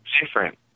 different